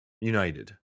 United